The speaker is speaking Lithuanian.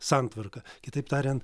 santvarką kitaip tariant